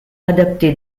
adapté